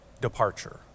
departure